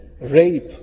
rape